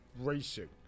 racing